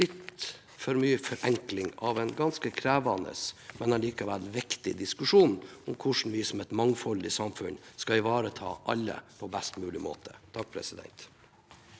litt for mye forenkling av en ganske krevende, men allikevel viktig diskusjon om hvordan vi som et mangfoldig samfunn skal ivareta alle på best mulig måte. Presidenten